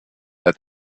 that